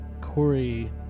Corey